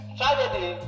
tragedy